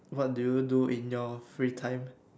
what do you do in your free time